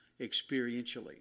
experientially